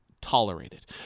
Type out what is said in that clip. tolerated